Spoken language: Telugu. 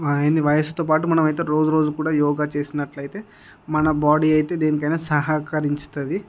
వయ వయస్సుతో పాటు మనం అయితే రోజు రోజు కూడా యోగా చెసినట్లయితే మన బాడీ అయితే దేనికైనా సహకరించతుంది